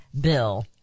bill